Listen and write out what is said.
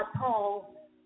Paul